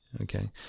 okay